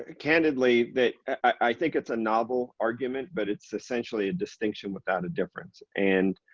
ah candidly, that i think it's a novel argument, but it's essentially a distinction without a difference and